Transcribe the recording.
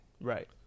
Right